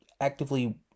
actively